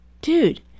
dude